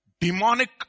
Demonic